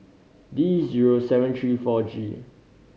D zero seven three four G